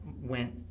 went